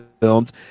filmed